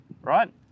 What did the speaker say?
right